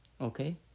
Okay